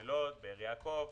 לוד ובאר יעקב,